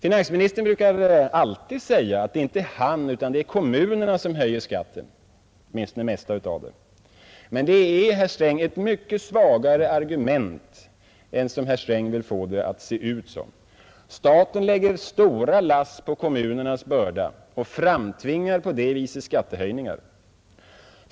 Finansministern brukar alltid säga att det inte är han utan kommunerna som genomför skattehöjningarna eller åtminstone det mesta av dem, men det är ett mycket svagare argument än vad herr Sträng vill ge intryck av. Staten lägger stora lass på kommunernas bördor och framtvingar på detta vis skattehöjningar.